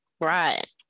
Right